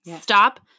Stop